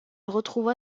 retrouva